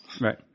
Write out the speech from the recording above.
Right